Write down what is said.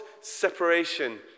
separation